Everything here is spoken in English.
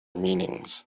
meanings